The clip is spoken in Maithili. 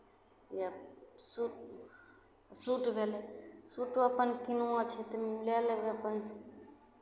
या सूट सूट भेलै सूटो अपन किनुआ छै तऽ लए लेबै अपन